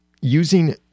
using